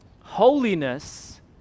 Holiness